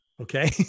okay